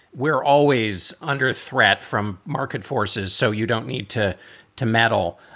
we're always under threat from market forces. so you don't need to to meddle.